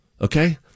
okay